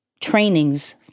trainings